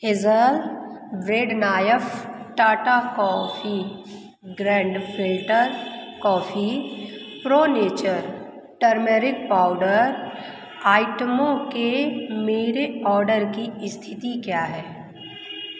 Hazel bread knife Tata coffee grand filter coffee pro nature turmeric powder आइटमों के मेरे order की स्थिति क्या है